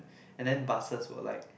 and then buses were like